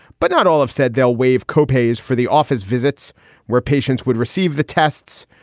but not all have said they'll waive co-pays for the office visits where patients would receive the tests.